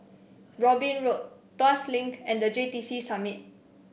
Robin Road Tuas Link and The J T C Summit